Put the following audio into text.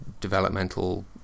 developmental